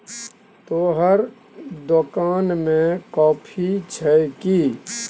तोहर दोकान मे कॉफी छह कि?